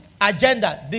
agenda